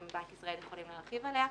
גם בנק ישראל יוכל להרחיב עליה.